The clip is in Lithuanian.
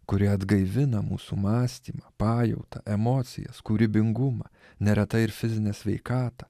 kuri atgaivina mūsų mąstymą pajautą emocijas kūrybingumą neretai ir fizinę sveikatą